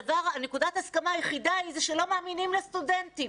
נקודת ההסכמה היחידה היא שלא מאמינים לסטודנטים,